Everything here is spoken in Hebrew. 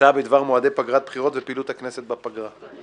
הצעה בדבר מועדי פגרת הבחירות ופעילות הכנסת בפגרה.